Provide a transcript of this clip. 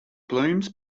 blooms